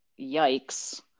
yikes